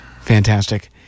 fantastic